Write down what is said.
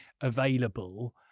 available